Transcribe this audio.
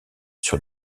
sur